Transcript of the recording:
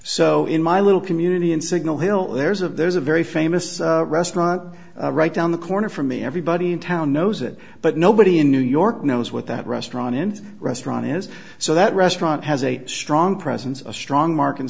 so in my little community in signal hill there's of there's a very famous restaurant right down the corner from me everybody in town knows it but nobody in new york knows what that restaurant in restaurant is so that restaurant has a strong presence of strong mark in